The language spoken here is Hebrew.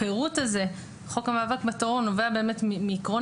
הפירוט הזה בחוק המאבק בטרור נובע באמת מעקרון